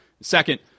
second